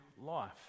life